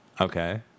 Okay